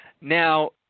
Now